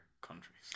countries